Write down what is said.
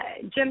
Jim